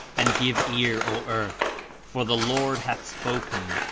and give ear o earth for the lord hath spoken!